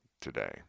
today